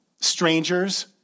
strangers